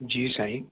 जी साईं